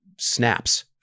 snaps